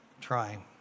trying